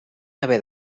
haver